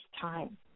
time